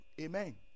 Amen